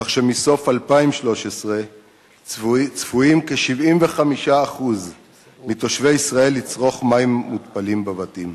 כך שמסוף 2013 צפויים כ-75% מתושבי ישראל לצרוך מים מותפלים בבתים.